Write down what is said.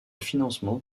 financement